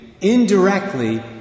indirectly